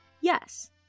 yes